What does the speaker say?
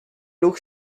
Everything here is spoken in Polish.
ruch